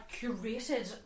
curated